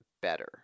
better